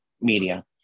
media